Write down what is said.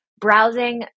browsing